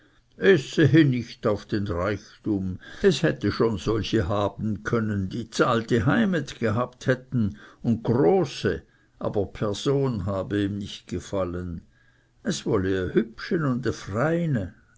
nicht auf den reichtum es hätte schon solche haben können die zahlte heimet gehabt hätten und große aber dperson habe ihm nicht gefallen es wolle e hübsche und